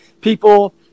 people